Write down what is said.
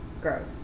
gross